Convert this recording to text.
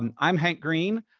um i'm hank green.